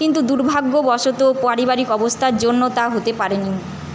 কিন্তু দুর্ভাগ্যবশত পারিবারিক অবস্থার জন্য তা হতে পারে নি